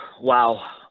Wow